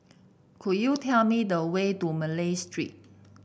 could you tell me the way to Malay Street